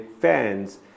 fans